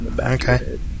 Okay